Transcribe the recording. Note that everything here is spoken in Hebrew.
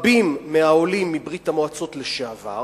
אצל רבים מהעולים מברית-המועצות לשעבר